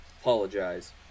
Apologize